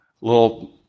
little